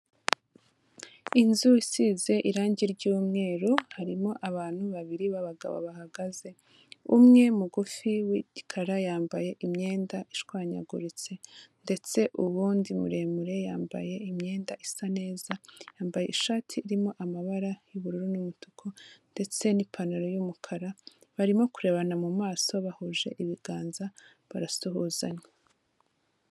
Inzu isize irange ry'umweru harimo abantu babiri b'abagabo bahagaze, umwe mugufi w'igikara yambaye imyenda ishwanyaguritse ndetse uw'undi muremure yambaye imyenda isa neza, yambaye ishati irimo amabara y'ubururu n'umutuku ndetse n'ipantaro y'umukara barimo kurebana mu maso bahuje ibiganza barasuhuzanya.